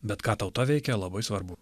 bet ką tauta veikia labai svarbu